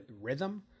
rhythm